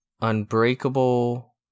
Unbreakable